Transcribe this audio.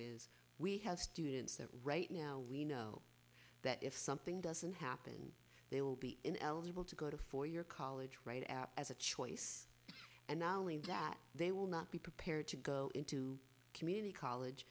is we have students there right now we know that if something doesn't happen they will be ineligible to go to a four year college right out as a choice and not only that they will not be prepared to go into community college